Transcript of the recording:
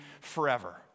forever